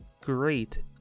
great